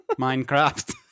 Minecraft